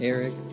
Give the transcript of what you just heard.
Eric